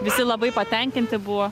visi labai patenkinti buvo